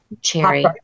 Cherry